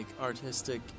artistic